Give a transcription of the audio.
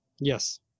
Yes